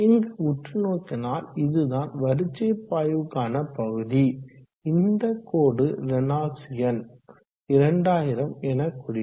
இங்கு உற்று நோக்கினால் இதுதான் வரிச்சீர் பாய்வுக்கான பகுதி இந்த கோடு ரேனால்ட்ஸ் எண் 2000 எனக்குறிக்கும்